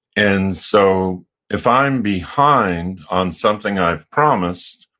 and so if i'm behind on something i've promised,